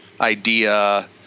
idea